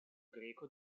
greco